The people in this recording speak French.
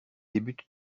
débute